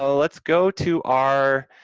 so let's go to our,